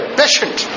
patient